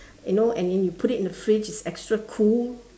you know and you put it in the fridge it's extra cool